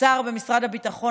השר במשרד הביטחון,